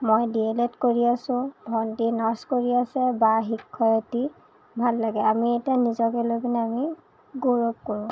মই D El Ed কৰি আছোঁ ভণ্টী নাৰ্চ কৰি আছে বা শিক্ষয়িত্ৰী ভাল লাগে আমি এতিয়া নিজকে লৈ পিনে আমি গৌৰৱ কৰোঁ